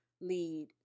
lead